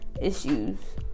issues